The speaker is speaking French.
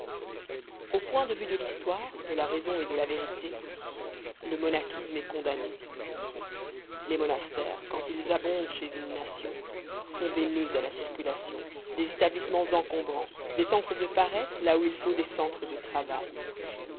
au point de vue de l'histoire de la raison et de la vérité le monachisme est condamné les monastères quand ils abondent chez une nation sont des noeuds à la circulation des établissements encombrants des centres de paresse là où il faut des centres de travail